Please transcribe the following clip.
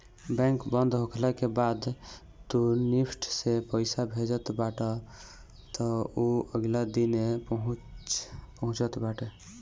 bank बंद होखला के बाद तू निफ्ट से पईसा भेजत बाटअ तअ उ अगिला दिने पहुँचत बाटे